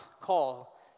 call